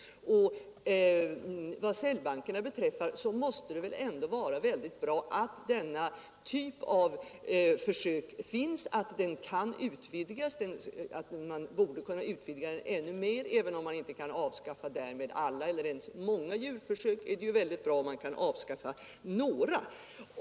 Vad cellbankerna beträffar måste det väl vara bra att denna typ av försök finns och att den kan utvidgas. Man borde kunna utvidga den ännu mer. Även om man därmed inte kan avskaffa alla eller ens många djurförsök, är det ju bra om man kan avskaffa några.